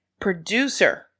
producer